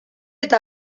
eta